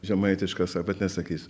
žemaitiškas bet nesakysiu